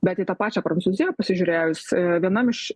bet į tą pačią prancūziją pasižiūrėjus vienam iš